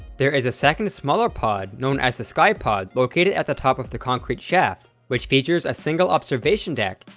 there is a second smaller pod known as the skypod located at the top of the concrete shaft, which features a single observation deck,